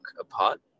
apart